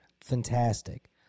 fantastic